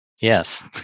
Yes